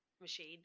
machine